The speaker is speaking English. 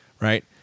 right